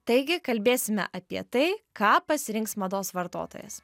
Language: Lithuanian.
taigi kalbėsime apie tai ką pasirinks mados vartotojas